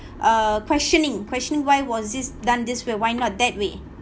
uh questioning questioning why was this done this way why not that way